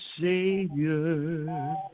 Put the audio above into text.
Savior